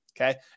okay